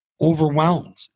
overwhelmed